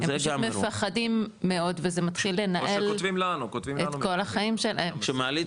הם פשוט מפחדים מאוד וזה מתחיל לנהל את כל החיים שלהם.